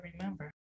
remember